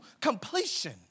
completion